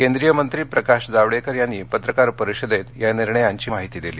केंद्रीय मंत्री प्रकाश जावडेकर यांनी पत्रकार परिषदेत या निर्णयांची माहिती दिली